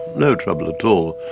no trouble at all.